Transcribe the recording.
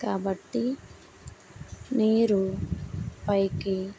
కాబట్టి నీరు పైకి